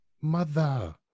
Mother